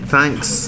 Thanks